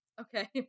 Okay